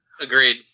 Agreed